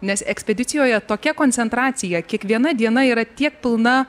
nes ekspedicijoje tokia koncentracija kiekviena diena yra tiek pilna